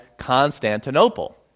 Constantinople